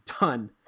done